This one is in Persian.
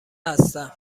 هستم